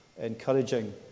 Encouraging